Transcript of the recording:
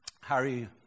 Harry